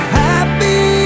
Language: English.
happy